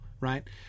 right